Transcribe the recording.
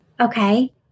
Okay